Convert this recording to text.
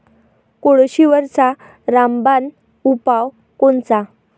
कोळशीवरचा रामबान उपाव कोनचा?